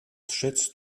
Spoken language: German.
schätzt